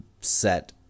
set